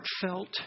heartfelt